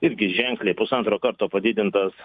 irgi ženkliai pusantro karto padidintas